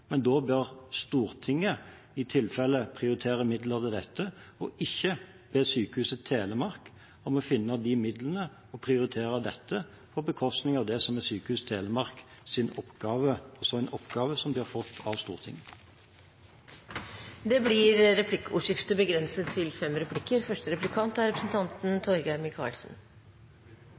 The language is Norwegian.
Men da bør Stortinget i tilfelle prioritere midler til dette og ikke be Sykehuset Telemark om å finne de midlene og prioritere dette på bekostning av det som er Sykehuset Telemarks oppgave – en oppgave de har fått av Stortinget. Det blir replikkordskifte. Jeg legger merke til